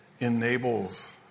enables